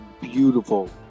beautiful